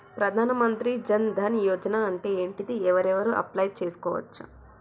ప్రధాన మంత్రి జన్ ధన్ యోజన అంటే ఏంటిది? ఎవరెవరు అప్లయ్ చేస్కోవచ్చు?